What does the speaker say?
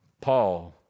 Paul